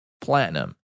Platinum